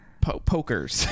pokers